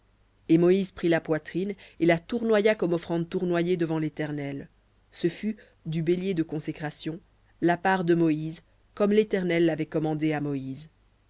et moïse prit la poitrine et la tournoya comme offrande tournoyée devant l'éternel ce fut du bélier de consécration la part de moïse comme l'éternel l'avait commandé à moïse